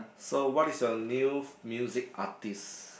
so what is your new music artist